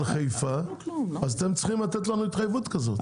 חיפה אז אתם צריכים לתת לנו התחייבות כזאת.